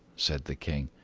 said the king.